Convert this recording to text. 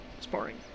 sparring